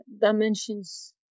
dimensions